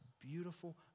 beautiful